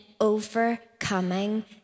overcoming